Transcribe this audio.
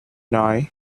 nói